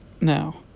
Now